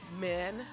men